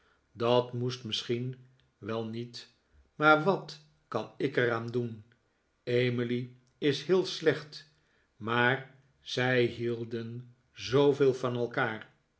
dat moest misschien wel niet maar wat kan ik er aan doen emily is heel slecht maar zij hielden zooveel van elkaar